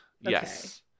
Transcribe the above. Yes